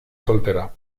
soltera